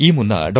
ಈ ಮುನ್ನ ಡಾ